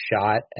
shot